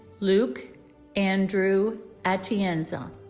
luke andrew atienza